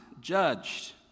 judged